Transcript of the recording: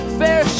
fair